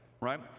right